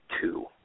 two